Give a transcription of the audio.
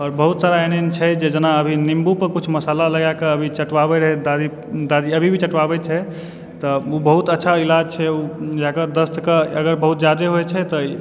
आओर बहुत सारा एहन एहन छै जेना अभि निम्बु पर कुछ मसाला लगाके चटवाबैत रहै दादी अभी भी चटवाबै छै तऽ ओ बहुत अच्छा इलाज छै ओ जाकऽ दस्त के अगर बहुत ज्यादे होइ छै तऽ